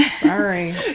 Sorry